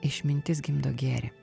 išmintis gimdo gėrį